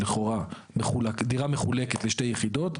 לכאורה דירה מחולקת לשתי יחידות,